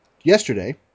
yesterday